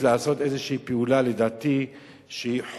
זהו